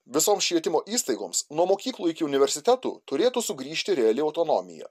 visoms švietimo įstaigoms nuo mokyklų iki universitetų turėtų sugrįžti reali autonomija